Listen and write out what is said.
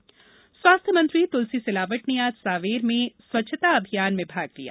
मंत्री स्वच्छता स्वास्थ्य मंत्री तुलसी सिलावट ने आज सांवेर में स्वच्छता अभियान में भाग लिया